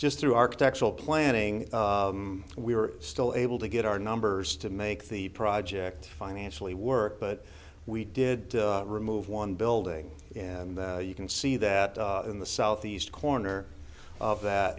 just through architectural planning we were still able to get our numbers to make the project financially work but we did remove one building and you can see that in the southeast corner of that